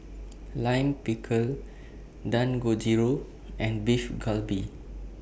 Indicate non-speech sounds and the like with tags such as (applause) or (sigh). (noise) Lime Pickle Dangojiru and Beef Galbi